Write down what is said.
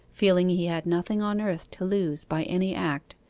feeling he had nothing on earth to lose by any act,